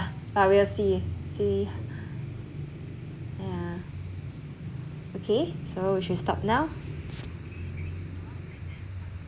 but we'll see see yeah okay so we should stop now